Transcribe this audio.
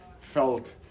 felt